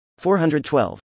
412